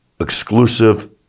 exclusive